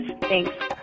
Thanks